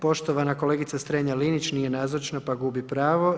Poštovana kolegica Strenja Linić, nije nazočna pa gubi pravo.